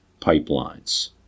pipelines